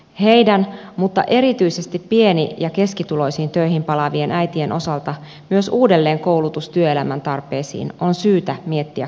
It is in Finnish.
heidän mutta erityisesti pieni ja keskituloisiin töihin palaavien äitien osalta myös uudelleenkoulutus työelämän tarpeisiin on syytä miettiä kunnolla